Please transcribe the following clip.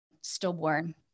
stillborn